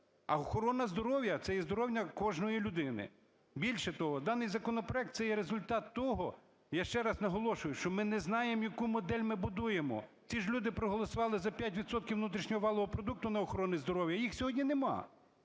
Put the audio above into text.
А охорона здоров'я – це є здоров'я кожної людини. Більше того, даний законопроект – це є результат того, я ще раз наголошую, що ми не знаємо, яку модель ми будуємо. Ці ж люди проголосували за 5 відсотків внутрішнього валового продукту на охорону здоров'я, їх сьогодні нема.